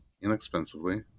inexpensively